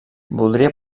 voldria